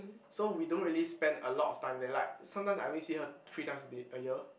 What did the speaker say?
so we don't really spend a lot of time there like sometimes I only see her three times a day a year